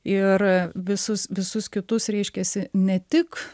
ir visus visus kitus reiškiasi ne tik